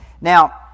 Now